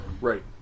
Right